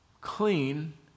clean